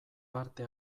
parte